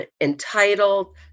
entitled